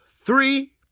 three